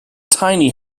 tiny